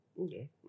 Okay